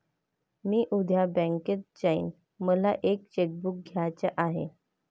मी उद्या बँकेत जाईन मला एक चेक बुक घ्यायच आहे